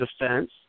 defense